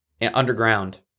Underground